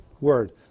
word